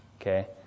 Okay